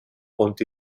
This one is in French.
ont